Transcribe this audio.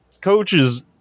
coaches